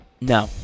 No